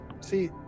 See